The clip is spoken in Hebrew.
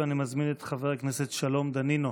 אני מזמין את חבר הכנסת שלום דנינו